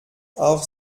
auch